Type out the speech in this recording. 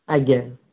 ଆଜ୍ଞା